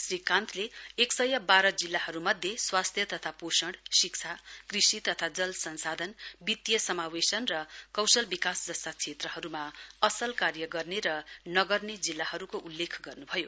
श्री कान्तले एक सय बाह्र जिल्लाहरूमध्ये स्वास्थ्य तथा पोषण शिक्षा कृषि तथा जल संशाधन वित्तीय समावेशवन र कौशल विकास जस्ता क्षेत्रहरूमा असल कार्य गर्ने र नगर्ने जिल्लाहरूबारे उल्लेख गर्नुभयो